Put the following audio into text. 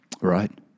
Right